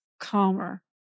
calmer